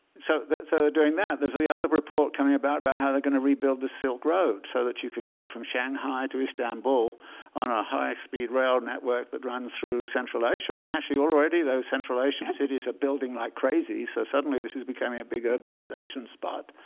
so so they're doing that. there's the other report coming about about how they're going to rebuild the silk road so that you can get from shanghai to istanbul on a high-speed rail network that runs through central asia. and actually, already, those central asian cities are building like crazy. so suddenly, this is becoming a big urbanization spot.